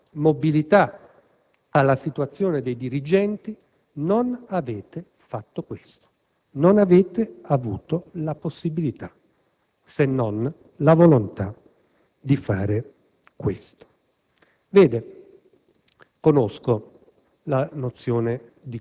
In molti ambiti, dalla mobilità alla situazione dei dirigenti, non avete fatto questo: non avete avuto la possibilità, se non la volontà, di fare questo.